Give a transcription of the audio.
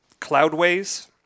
Cloudways